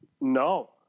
No